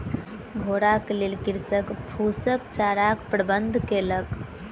घोड़ा के लेल कृषक फूसक चाराक प्रबंध केलक